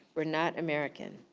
we're not american.